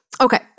Okay